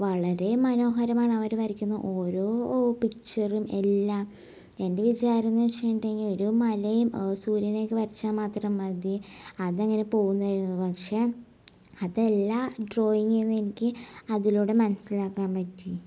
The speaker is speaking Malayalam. വളരെ മനോഹരമാണ് അവർ വരയ്ക്കുന്ന ഓരോ പിക്ചറും എല്ലാം എൻ്റെ വിചാരംന്ന്വച്ചേട്ട്ണ്ടെങ്കിൽ ഒരു മലയും സൂര്യനേക്കെ വരച്ചാൽ മാത്രം മതി അതങ്ങനെ പോകുന്നായിരുന്നു പക്ഷേ അതല്ല ഡ്രോയിങ് എന്ന് എനിക്ക് അതിലൂടെ മനസ്സിലാക്കാൻ പറ്റി